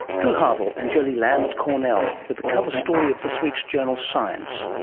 drew harvell and joleah lamb at cornell, with the cover story of this week's journal science.